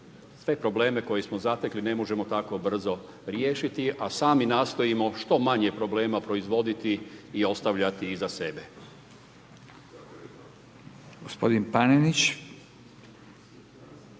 sve probleme koje smo zatekli ne možemo tako brzo riješiti a sami nastojimo što manje problema proizvoditi i ostavljati iza sebe.